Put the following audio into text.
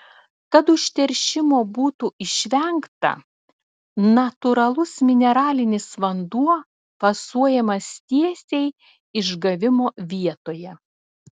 kad užteršimo būtų išvengta natūralus mineralinis vanduo fasuojamas tiesiai išgavimo vietoje